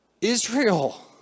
Israel